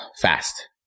fast